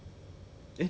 okay eh